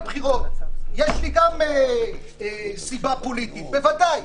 יש לי גם סיבה פוליטית בוודאי.